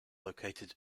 located